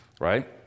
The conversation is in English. Right